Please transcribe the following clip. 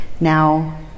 now